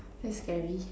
that's scary